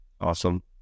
awesome